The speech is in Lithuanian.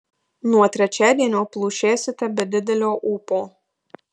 nuo trečiadienio plušėsite be didelio ūpo